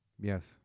yes